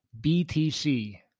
BTC